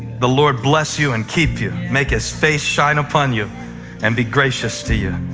the lord bless you and keep you, make his face shine upon you and be gracious to you.